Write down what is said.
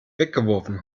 weggeworfen